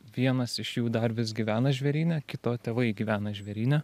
vienas iš jų dar vis gyvena žvėryne kito tėvai gyvena žvėryne